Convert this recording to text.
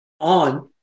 on